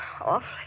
Awfully